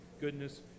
goodness